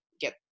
get